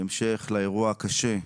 בהמשך לאירוע הקשה,